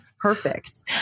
Perfect